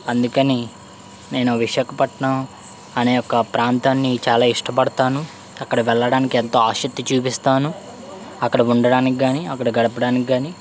అందుకని నేను విశాఖపట్నం అనే ఒక ప్రాంతాన్ని చాలా ఇష్టపడతాను అక్కడి వెళ్ళడానికి ఎంతో ఆసక్తి చూపిస్తాను అక్కడ ఉండడానికి కాని అక్కడ గడపడానికి కాని